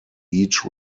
each